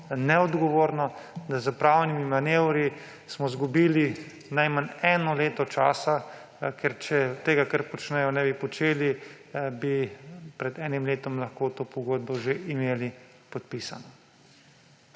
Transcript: neodgovorno, da smo z pravnimi manevri izgubili najmanj eno leto časa, ker če tega, kar počnejo, ne bi počeli, bi pred enim letom lahko to pogodbo že imeli podpisano.